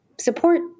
support